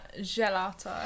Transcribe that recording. gelato